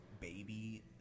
baby